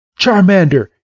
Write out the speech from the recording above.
Charmander